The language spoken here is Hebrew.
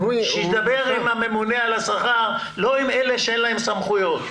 שידבר עם הממונה על השכר ולא עם אלה שאין להם סמכויות.